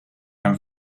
and